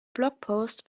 blogpost